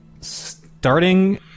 starting